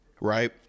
right